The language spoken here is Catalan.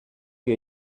que